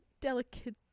delicate